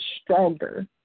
stronger